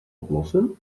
oplossen